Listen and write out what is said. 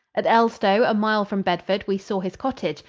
at elstow, a mile from bedford, we saw his cottage,